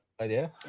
Idea